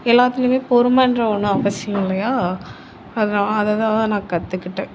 எல்லாத்துலேயுமே பொறுமைன்ற ஒன்று அவசியம் இல்லையா அதை நான் அதை தான் நான் கற்றுக்கிட்டேன்